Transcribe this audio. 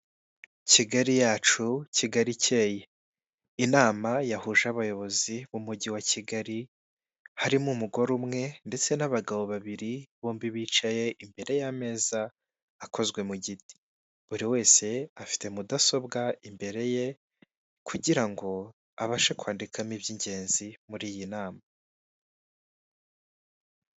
Kigali yacu, kigali icyeye. Inama yahuje abayobozi b'umujyi wa kigali, harimo umugore umwe ndetse n'abagabo babiri. Bombi bicaye imbere y'ameza akozwe mu giti, buri wese afite mudasobwa imbere ye. Kugira ngo abashe kwandikamo iby'ingenzi muri iyi nama.